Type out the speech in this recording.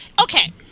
okay